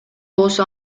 болсо